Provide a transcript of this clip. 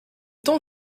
temps